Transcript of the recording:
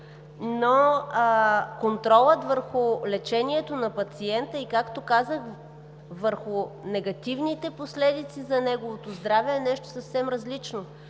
но контролът върху лечението на пациента и, както казах, върху негативните последици за неговото здраве е нещо съвсем различно